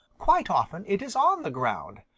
quite often it is on the ground.